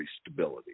stability